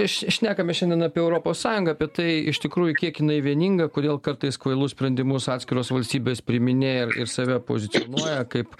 š šnekame šiandien apie europos sąjungą apie tai iš tikrųjų kiek jinai vieninga kodėl kartais kvailus sprendimus atskiros valstybės priiminėja ir ir save pozicionuoja kaip